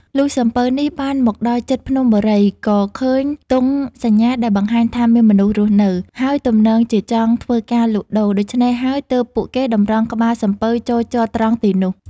លុះសំពៅនេះបានមកដល់ជិតភ្នំបូរី ក៏ឃើញទង់សញ្ញាដែលបង្ហាញថាមានមនុស្សរស់នៅ ហើយទំនងជាចង់ធ្វើការលក់ដូរ ដូច្នេះហើយទើបពួកគេតម្រង់ក្បាលសំពៅចូលចតត្រង់ទីនោះ។